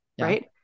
right